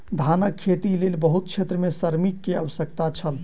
धानक खेतीक लेल बहुत क्षेत्र में श्रमिक के आवश्यकता छल